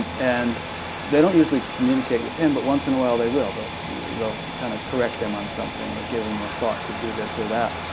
and they don't usually communicate with him, but once in a while they will they'll kind of correct him on something or give him a thought to do this or that.